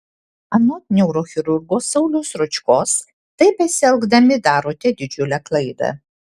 anot neurochirurgo sauliaus ročkos taip besielgdami darote didžiulę klaidą